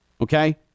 okay